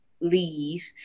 leave